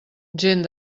gent